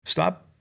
Stop